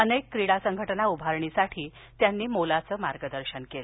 अनेक क्रीडा संघटना उभारणीसाठी त्यांनी मार्गदर्शन केलं